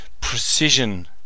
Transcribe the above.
precision